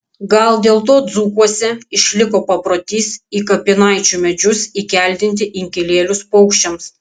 gal dėl to dzūkuose išliko paprotys į kapinaičių medžius įkeldinti inkilėlius paukščiams